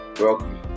welcome